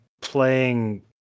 playing